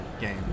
game